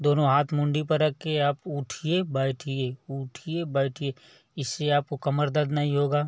दोनों हाथ मुंडी पर रख के आप उठिए बैठिए उठिए बैठिए इससे आपको कमर दर्द नहीं होगा